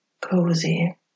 cozy